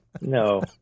no